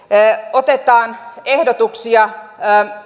otetaan ehdotuksia